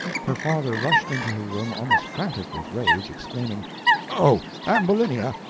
her father rushed into her room almost frantic with rage, exclaiming oh, ambulinia!